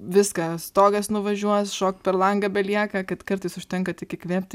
viską stogas nuvažiuos šokt per langą belieka kad kartais užtenka tik įkvėpt